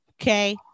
okay